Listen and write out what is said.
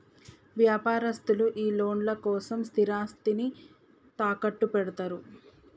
వ్యాపారస్తులు ఈ లోన్ల కోసం స్థిరాస్తిని తాకట్టుపెడ్తరు